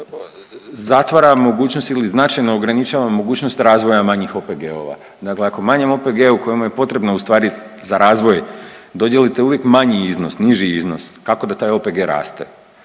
zatvara mogućnost ili značajno ograničava mogućnost razvoja manjih OPG-ova, dakle ako manjem OPG-u kojemu je potrebno ustvari za razvoj dodijelite uvijek manji iznos, niži iznos, kako da taj OPG raste?